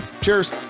Cheers